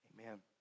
Amen